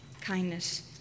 kindness